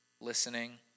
listening